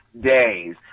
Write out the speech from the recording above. days